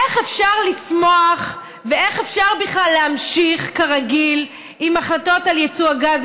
איך אפשר לשמוח ואיך בכלל אפשר להמשיך כרגיל עם החלטות על יצוא הגז,